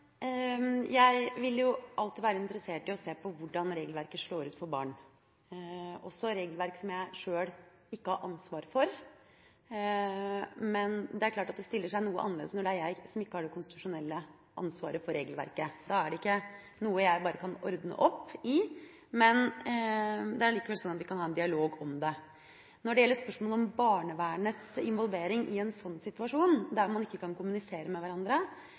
Jeg vil alltid være interessert i å se på hvordan regelverket slår ut for barn – også regelverk som jeg sjøl ikke har ansvar for. Men det er klart at det stiller seg noe annerledes når jeg ikke har det konstitusjonelle ansvaret for regelverket. Da er det ikke noe jeg bare kan ordne opp i, men det er allikevel sånn at vi kan ha en dialog om det. Når det gjelder spørsmålet om barnevernets involvering i en sånn situasjon, der man ikke kan kommunisere med hverandre,